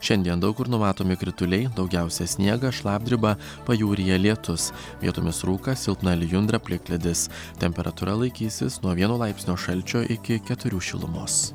šiandien daug kur numatomi krituliai daugiausia sniegas šlapdriba pajūryje lietus vietomis rūkas silpna lijundra plikledis temperatūra laikysis nuo vieno laipsnio šalčio iki keturių šilumos